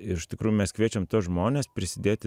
iš tikrųjų mes kviečiam tuos žmones prisidėti